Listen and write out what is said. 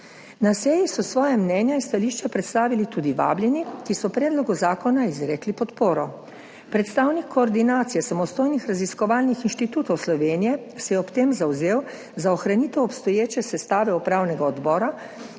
Na seji so svoja mnenja in stališča predstavili tudi vabljeni, ki so predlogu zakona izrekli podporo. Predstavnik Koordinacije samostojnih raziskovalnih inštitutov Slovenije se je ob tem zavzel za ohranitev obstoječe sestave upravnega odbora